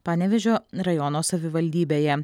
panevėžio rajono savivaldybėje